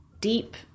deep